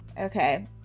Okay